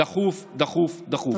דחוף דחוף דחוף.